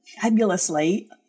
fabulously